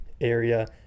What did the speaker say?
area